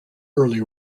early